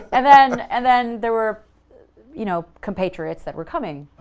and then and then there were you know copatriots that were coming,